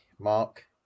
Mark